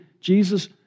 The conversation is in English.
Jesus